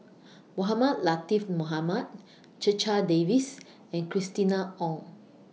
Mohamed Latiff Mohamed Checha Davies and Christina Ong